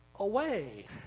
away